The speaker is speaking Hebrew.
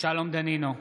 שלום דנינו,